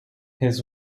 his